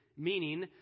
meaning